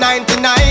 99